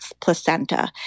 placenta